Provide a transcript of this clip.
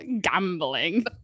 Gambling